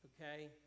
Okay